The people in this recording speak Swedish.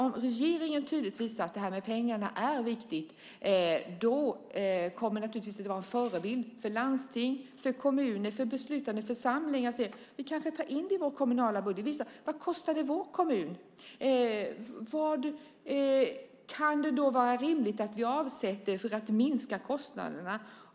Om regeringen tydligt visar att detta med pengar är viktigt kommer det att vara en förebild för landsting, kommuner och andra beslutande församlingar som tänker att de kanske kan ta in detta i sin kommunala budget eller i landstingsbudgeten för att visa vad det kostar den egna kommunen eller landstinget. Då kan de också fråga sig om det är rimligt att avsätta pengar för att därigenom minska kostnaderna.